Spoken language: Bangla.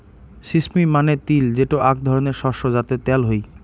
সিস্মি মানে তিল যেটো আক ধরণের শস্য যাতে ত্যাল হই